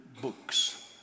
books